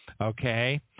Okay